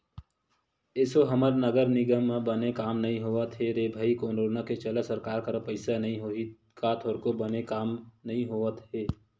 एसो हमर नगर निगम म बने काम नइ होवत हे रे भई करोनो के चलत सरकार करा पइसा नइ होही का थोरको बने काम नइ होवत हे